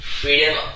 Freedom